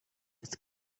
ist